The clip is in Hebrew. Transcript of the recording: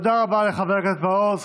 תודה רבה לחבר הכנסת מעוז.